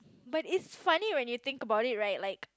but is funny when you think about it right like